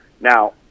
Now